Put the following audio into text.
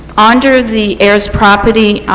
under the paris property,